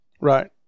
Right